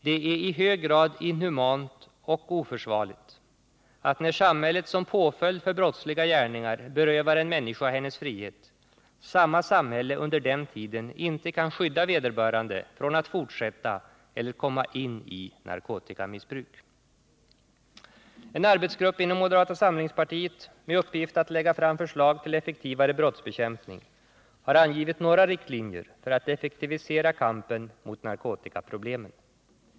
Det är i hög grad inhumant och oförsvarligt att när samhället som påföljd för brottsliga gärningar berövar en människa hennes frihet, samma samhälle under den tiden inte kan skydda vederbörande från att fortsätta eller komma in i narkotikamissbruk. En arbetsgrupp inom moderata samlingspartiet med uppgift att lägga fram förslag till effektivare brottsbekämpning har angivit några riktlinjer för att effektivisera kampen mot narkotikaproblemen.